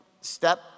step